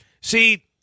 See